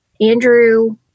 Andrew